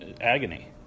agony